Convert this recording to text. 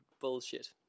bullshit